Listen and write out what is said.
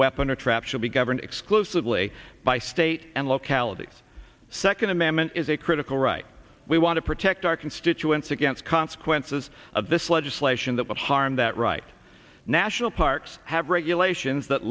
weapon or trap should be governed exclusively by state and localities second amendment is a critical right we want to protect our constituents against consequences of this legislation that would harm that right national parks have regulations that